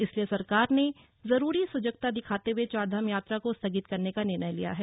इस लिए सरकार ने जरूरी सजगता दिखाते हुए चारधाम यात्रा को स्थगित करने का निर्णय लिया है